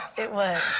it was.